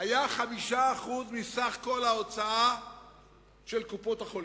היה 5% מסך ההוצאה של קופות-החולים.